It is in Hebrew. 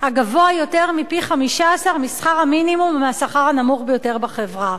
הגבוה יותר מפי-15 משכר המינימום ומהשכר הנמוך ביותר בחברה.